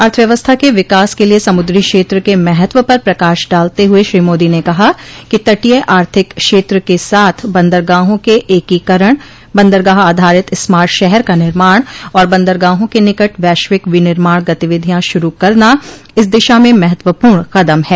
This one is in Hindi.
अर्थव्यवस्था के विकास के लिए समुद्री क्षेत्र के महत्व पर प्रकाश डालते हुए श्री मोदी ने कहा कि तटीय आर्थिक क्षेत्र के साथ बंदरगाहों क एकीकरण बंदरगाह आधारित स्मार्ट शहर का निर्माण और बंदरगाहों के निकट वैश्विक विनिर्माण गतिविधयां शुरू करना इस दिशा में महत्वपूर्ण कदम है